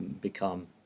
become